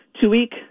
two-week